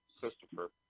Christopher